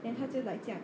then 他就 like 这样